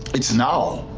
it's now.